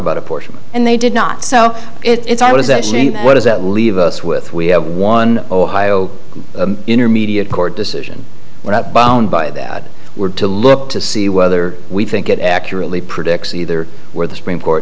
about a portion and they did not so it's i was a shame what does that leave us with we have one ohio intermediate court decision we're not bound by that we're to look to see whether we think it accurately predicts either where the supreme court